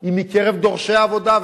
היא מקרב דורשי העבודה,